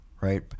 Right